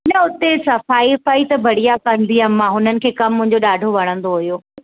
न हुते सफ़ाई वफ़ाई त बढ़िया कंदी हुअमि मां उन्हनि खे कमु मुंहिंजो ॾाढो वणंदो हुओ